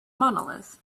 monolith